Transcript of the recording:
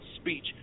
speech